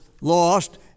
lost